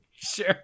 sure